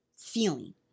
feeling